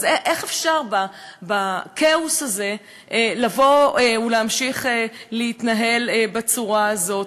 אז איך אפשר בכאוס הזה להמשיך להתנהל בצורה הזאת?